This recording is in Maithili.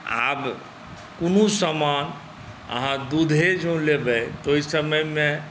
आब कोनो सामान अहाँ दूधे जँ लेबै तऽ ओहि समयमे